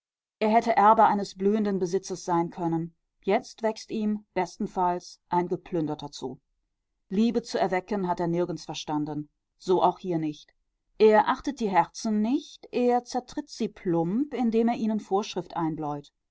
er hätte erbe eines blühenden besitzes sein können jetzt wächst ihm bestenfalls ein geplünderter zu liebe zu erwecken hat er nirgends verstanden so auch hier nicht er achtet die herzen nicht er zertritt sie plump indem er ihnen vorschrift einbläut